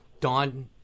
Don